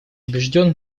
убежден